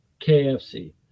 KFC